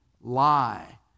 lie